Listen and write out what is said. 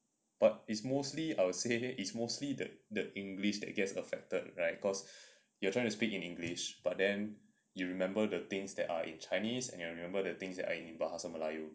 but it's mostly I would say it's mostly the the english that gets affected right cause you're trying to speak in english but then you remember the things that are in chinese and you remember the things that are in bahasa melayu